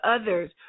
others